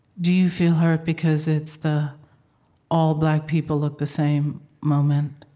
do you feel hurt because it's the all black people look the same moment,